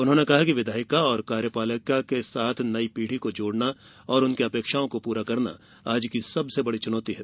उन्होने कहा कि विधायिका और कार्यपालिका के साथ नयी पीढ़ी को जोड़ना और उनकी अपेक्षाओं को पूरा करना आज की सबसे बड़ी चुनौती है